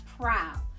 proud